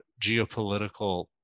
geopolitical